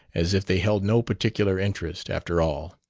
as if they held no particular interest, after all.